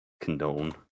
condone